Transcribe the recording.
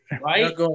Right